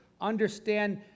understand